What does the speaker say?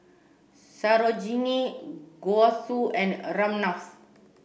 Sarojini Gouthu and Ramnath